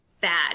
bad